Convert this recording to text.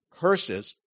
curses